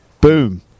Boom